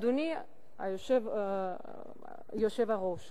אדוני היושב-ראש,